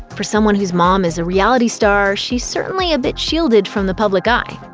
for someone whose mom is a reality star, she's certainly a bit shielded from the public eye.